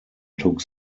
took